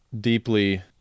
deeply